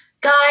guys